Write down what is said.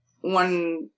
one